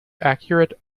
accurate